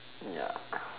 ya